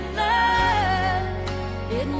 love